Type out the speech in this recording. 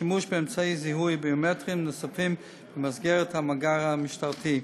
שימוש באמצעי זיהוי ביומטריים נוספים במסגרת המאגר המשטרתי.